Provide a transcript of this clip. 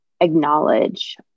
acknowledge